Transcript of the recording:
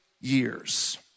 Years